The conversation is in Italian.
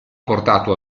portato